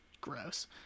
gross